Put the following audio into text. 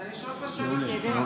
אז אני שואל אותך שאלה פשוטה.